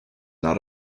not